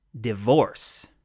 divorce